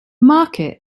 market